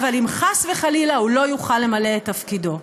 אבל אם חס וחלילה הוא לא יוכל למלא את תפקידו.